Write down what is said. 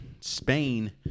Spain